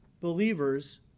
believers